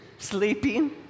sleeping